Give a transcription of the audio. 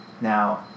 now